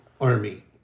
army